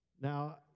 now